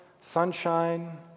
sunshine